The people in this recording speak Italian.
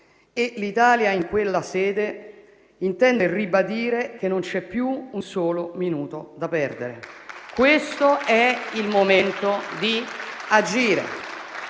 l'Italia in quella sede intende ribadire che non c'è più un solo minuto da perdere. Questo è il momento di agire: